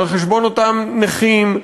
על חשבון אותם נכים,